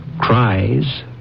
cries